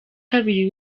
kabiri